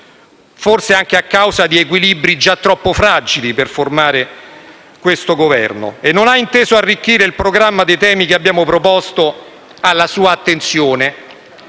(forse anche a causa di equilibri già troppo fragili per formare questo Governo) e non ha inteso arricchire il programma dei temi che abbiamo proposto alla sua attenzione,